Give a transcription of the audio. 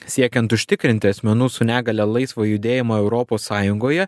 siekiant užtikrinti asmenų su negalia laisvo judėjimo europos sąjungoje